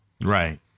Right